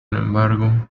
embargo